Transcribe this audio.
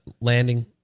landing